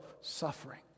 suffering